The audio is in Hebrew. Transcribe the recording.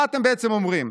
מה אתם בעצם אומרים?